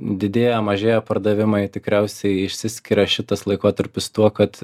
didėja mažėja pardavimai tikriausiai išsiskiria šitas laikotarpis tuo kad